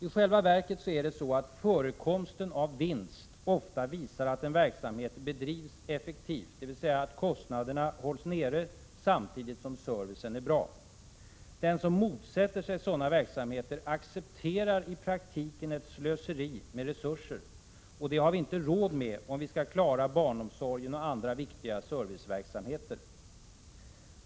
I själva verket visar förekomsten av vinst ofta att en verksamhet bedrivs effektivt, dvs. att kostnaderna hålls nere samtidigt som servicen är bra. Den som motsätter sig sådana verksamheter accepterar i praktiken ett slöseri med resurser. Det har vi inte råd med om vi skall klara barnomsorgen och andra viktiga serviceverksamheter.